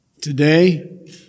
Today